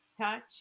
touch